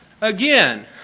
Again